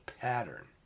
pattern